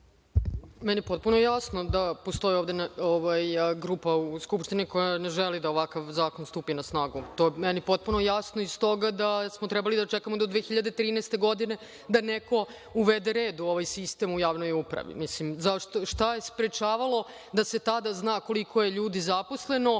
Meni je potpuno jasno da postoji ovde grupa u Skupštini koja ne želi da ovakav zakon stupi na snagu. To je meni potpuno jasno i stoga da smo trebali da čekamo do 2013. godine da neko uvede red u ovaj sistem u javnoj upravi. Šta je sprečavalo da se tada zna koliko je ljudi zaposleno